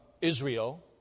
Israel